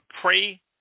pray